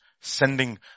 sending